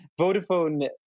Vodafone